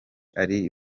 ari